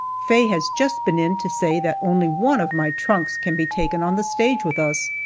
faye has just been in to say that only one of my trunks can be taken on the stage with us,